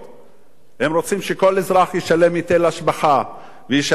הם רוצים שכל אזרח ישלם היטל השבחה וישלם אגרות,